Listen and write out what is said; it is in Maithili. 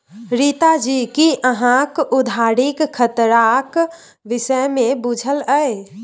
रीता जी कि अहाँक उधारीक खतराक विषयमे बुझल यै?